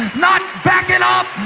not backing up,